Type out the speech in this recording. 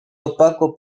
opaco